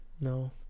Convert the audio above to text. no